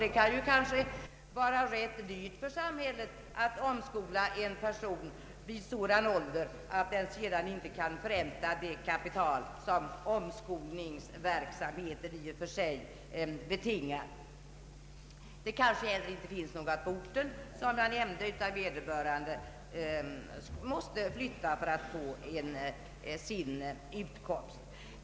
Det kan ju också ställa sig rätt dyrt för samhället att omskola en person vid sådan ålder att en förräntning inte kan komma i fråga av det kapital som omskolningen i och för sig betingar. Det kanske inte heller finns något arbete på orten, som jag tidigare nämnde, utan vederbörande måste flytta för att få sin utkomst.